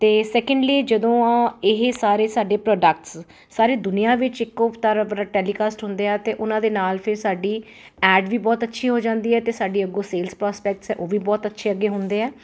ਅਤੇ ਸੈਕਿੰਡਲੀ ਜਦੋਂ ਇਹ ਸਾਰੇ ਸਾਡੇ ਪ੍ਰੋਡਕਟਸ ਸਾਰੇ ਦੁਨੀਆਂ ਵਿੱਚ ਇੱਕੋ ਤਰ ਵਰ ਟੈਲੀਕਾਸਟ ਹੁੰਦੇ ਆ ਅਤੇ ਉਹਨਾਂ ਦੇ ਨਾਲ ਫਿਰ ਸਾਡੀ ਐਡ ਵੀ ਬਹੁਤ ਅੱਛੀ ਹੋ ਜਾਂਦੀ ਹੈ ਅਤੇ ਸਾਡੀ ਅੱਗੋਂ ਸੇਲਸ ਪ੍ਰੋਸਪੈਕਟਸ ਹੈ ਉਹ ਵੀ ਬਹੁਤ ਅੱਛੇ ਅੱਗੇ ਹੁੰਦੇ ਆ